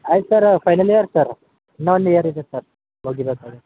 ಆಯ್ತು sir final year sir ಇನ್ನೊಂದು year ಇದೆ ಸರ್ ಮುಗಿಬೇಕಾದರೆ